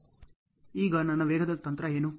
ಈಗ ನನ್ನ ವೇಗದ ತಂತ್ರ ಏನು